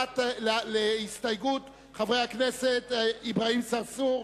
להסתייגות חברי הכנסת אברהים צרצור,